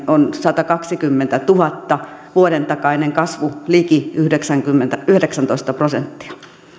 on satakaksikymmentätuhatta vuoden takainen kasvu liki yhdeksäntoista prosenttia